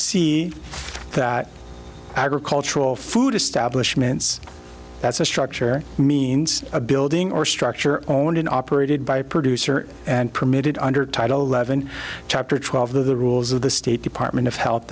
see that agricultural food establishments that's a structure means a building or structure owned and operated by a producer and permitted under title eleven chapter twelve the rules of the state department of health